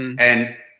and